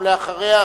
אחריה,